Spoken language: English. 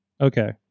Okay